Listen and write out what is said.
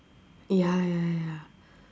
ya ya ya